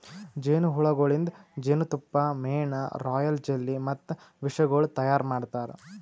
ಜೇನು ಹುಳಗೊಳಿಂದ್ ಜೇನತುಪ್ಪ, ಮೇಣ, ರಾಯಲ್ ಜೆಲ್ಲಿ ಮತ್ತ ವಿಷಗೊಳ್ ತೈಯಾರ್ ಮಾಡ್ತಾರ